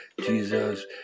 Jesus